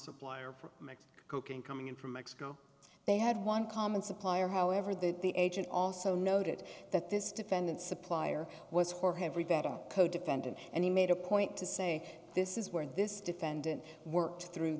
supplier for cocaine coming in from mexico they had one common supplier however that the agent also noted that this defendant supplier was for have read that codefendant and he made a point to say this is where this defendant worked through